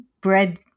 bread